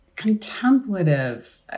Contemplative